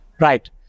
Right